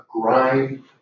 grind